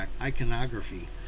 iconography